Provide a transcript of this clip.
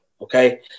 Okay